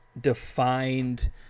defined